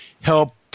help